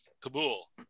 Kabul